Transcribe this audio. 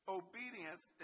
obedience